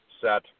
set